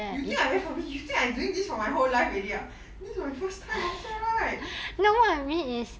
you think I very familiar you think I doing this for my whole life already ah this is my first time also right